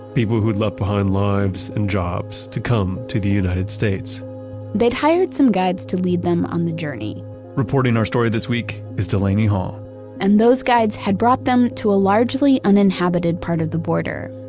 people who'd left behind lives and jobs to come to the united states they'd hired some guides to lead them on the journey reporting our story this week is delaney hall and those guys had brought them to a largely uninhabited part of the border.